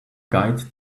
guide